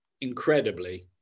Incredibly